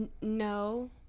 no